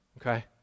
Okay